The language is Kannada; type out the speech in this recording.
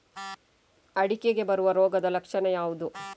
ಅಡಿಕೆಗೆ ಬರುವ ರೋಗದ ಲಕ್ಷಣ ಯಾವುದು?